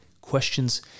questions